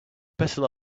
better